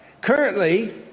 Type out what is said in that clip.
Currently